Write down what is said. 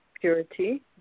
purity